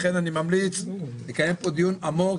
לכן אני ממליץ לקיים פה דיון עמוק,